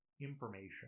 information